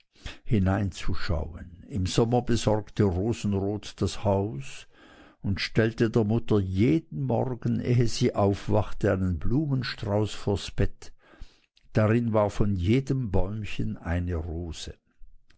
hineinzuschauen im sommer besorgte rosenrot das haus und stellte der mutter jeden morgen ehe sie aufwachte einen blumenstrauß vors bett darin war von jedem bäumchen eine rose